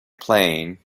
plane